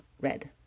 red